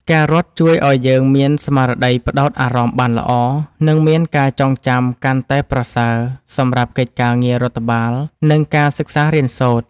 ការរត់ជួយឱ្យយើងមានស្មារតីផ្ដោតអារម្មណ៍បានល្អ និងមានការចងចាំកាន់តែប្រសើរសម្រាប់កិច្ចការងាររដ្ឋបាល និងការសិក្សារៀនសូត្រ។